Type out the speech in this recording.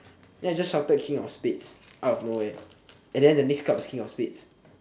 then I just shouted kng of spades out of nowhere and then the next card was king of spades